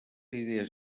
idees